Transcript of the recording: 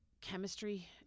chemistry